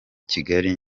kigali